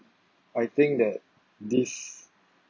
I think that this